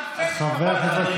אתם עושים פוליטיקה.